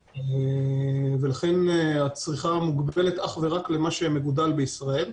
ולכן הצריכה מוגבלת אך ורק למה שמגודל לישראל.